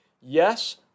Yes